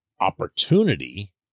opportunity